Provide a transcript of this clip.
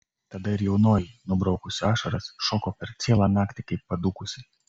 tada ir jaunoji nubraukusi ašaras šoko per cielą naktį kaip padūkusi